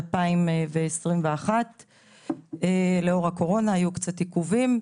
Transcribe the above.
2021. בגלל הקורונה היו קצת עיכובים.